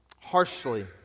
harshly